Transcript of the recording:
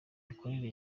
mikorere